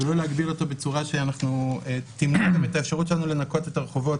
ולא להגביל אותו בצורה שתמנע מאיתנו את האפשרות לנקות את הרחובות